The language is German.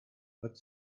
hat